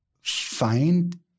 find